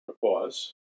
Pause